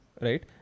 right